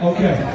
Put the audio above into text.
Okay